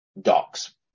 docks